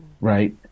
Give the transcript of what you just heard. right